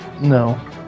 No